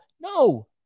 No